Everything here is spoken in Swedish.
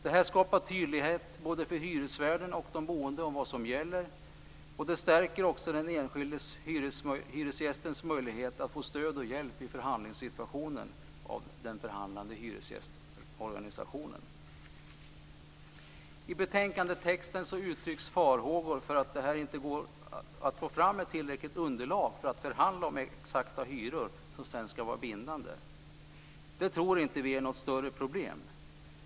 Det skapar tydlighet både för hyresvärden och för de boende om vad som gäller. Det stärker också den enskilde hyresgästens möjlighet att få stöd och hjälp av den förhandlande hyresgästorganisationen i förhandlingssituationen. I betänkandetexten uttrycks farhågor för att det inte ska gå att få fram ett tillräckligt underlag för att förhandla fram exakta hyror som senare ska vara bindande. Det tror inte vi är något större problem.